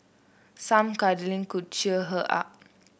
some cuddling could cheer her up